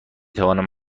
توانم